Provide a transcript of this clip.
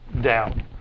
down